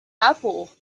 apple